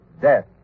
Death